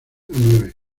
nueve